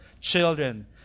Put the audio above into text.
children